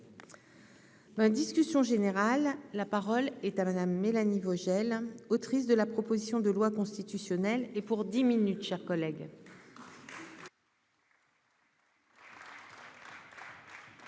discussion générale, la parole est à Madame, Mélanie Vogel, autrice de la proposition de loi constitutionnelle et pour dix minutes chers collègues.